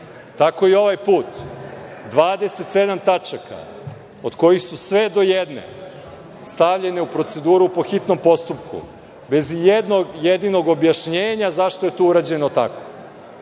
Tako i ovaj put. Dvadeset sedam tačaka, od kojih su sve do jedne stavljene u proceduru po hitnom postupku, bez ijednog jedinog objašnjenja zašto je to urađeno tako.